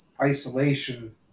isolation